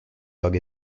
dog